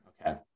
Okay